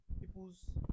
people's